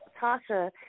Tasha